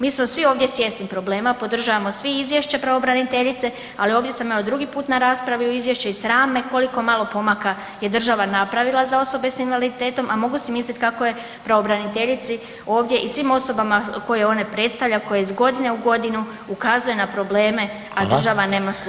Mi smo svi ovdje svjesni problema, podržavamo svi izvješće pravobraniteljice, ali ovdje sam drugi put na raspravi o izvješću i sram me koliko malo pomaka je država napravila za osobe s invaliditetom, a mogu si misliti kako je pravobraniteljici ovdje i svim osobama koje one predstavlja koje iz godine u godinu ukazuje na problema, a država nema sluha.